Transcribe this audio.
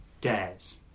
dares